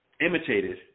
imitated